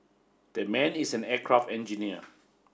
that man is an aircraft engineer